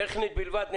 זה טכני בלבד.